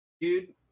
dude